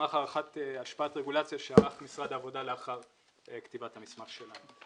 מסמך הערכת השפעת רגולציה שערך משרד העבודה לאחר כתיבת המסמך שלנו.